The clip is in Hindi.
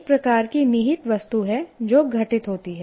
एक प्रकार की निहित वस्तु है जो घटित होती है